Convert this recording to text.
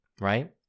Right